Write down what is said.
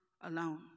alone